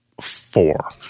Four